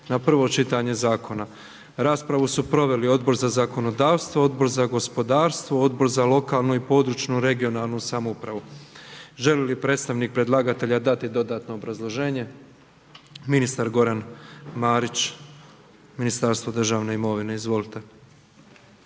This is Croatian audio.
na prvo čitanje zakona. Raspravu su proveli Odbor za zakonodavstvo, Odbor za gospodarstvo, Odbor za lokalnu i područnu (regionalnu) samoupravu. Želi li predstavnik predlagatelja dati dodatno obrazloženje? Ministar Goran Marić, ministarstvo državne imovine. Izvolite.